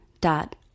dot